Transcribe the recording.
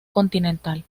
continental